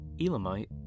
Elamite